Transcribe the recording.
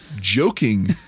joking